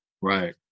Right